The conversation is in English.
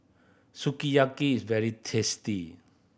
sukiyaki is very tasty